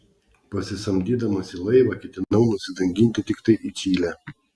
pasisamdydamas į laivą ketinau nusidanginti tiktai į čilę